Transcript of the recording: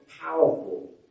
powerful